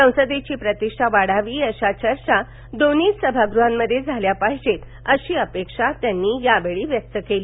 संसदेची प्रतिष्ठा वाढावी अशा चर्चा दोन्ही सभागृहांमध्ये झाल्या पाहिजेत अशी अपेक्षा त्यांनी व्यक्त केली